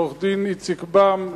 לעורך-דין איציק בם,